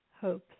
hopes